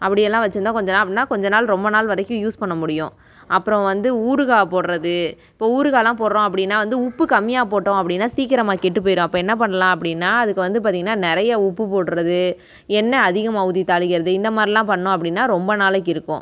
அப்படியெல்லாம் வச்சுருந்தா கொஞ்ச நாள் அப்படின்னா கொஞ்ச நாள் ரொம்ப நாள் வரைக்கும் யூஸ் பண்ண முடியும் அப்புறம் வந்து ஊறுகாய் போடுறது இப்போ ஊறுகாயெலாம் போடுகிறோம் அப்படின்னா வந்து உப்பு கம்மியாக போட்டோம் அப்படின்னா சீக்கிரமா கெட்டு போயிடும் அப்போ என்ன பண்ணலாம் அப்படின்னா அதுக்கு வந்து பார்த்திங்கன்னா நிறைய உப்பு போடுகிறது எண்ணெய் அதிகமாக ஊற்றி தாளிக்கிறது இந்த மாதிரிலாம் பண்ணோம் அப்படின்னா ரொம்ப நாளைக்கு இருக்கும்